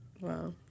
Wow